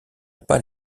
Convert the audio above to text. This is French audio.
pas